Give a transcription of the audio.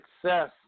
success